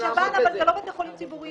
השב"ן זה לא בתי חולים ציבוריים,